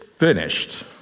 Finished